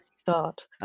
start